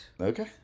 Okay